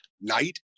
night